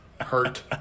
Hurt